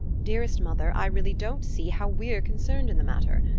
dearest mother, i really don't see how we're concerned in the matter.